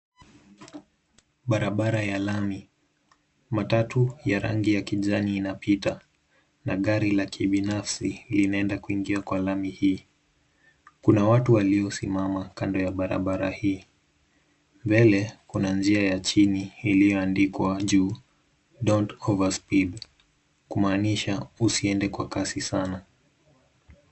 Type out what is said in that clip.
Barabara ya lami, matatu ya rangi ya kijani inapita na gari la kibinafsi linaenda kuingia kwa lami hii. Kuna watu waliosimama kando ya barabara hii. Mbele kuna njia ya chini iliyoandikwa juu (cs)don't overspeed(cs) kumaanisha usiende kwa kasi sana.